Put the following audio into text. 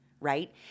right